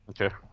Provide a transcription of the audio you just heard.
Okay